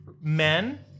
Men